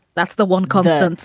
that's the one. constant,